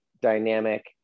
dynamic